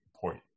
point